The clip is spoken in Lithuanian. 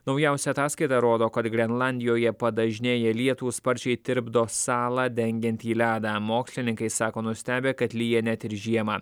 naujausia ataskaita rodo kad grenlandijoje padažnėję lietūs sparčiai tirpdo salą dengiantį ledą mokslininkai sako nustebę kad lyja net ir žiemą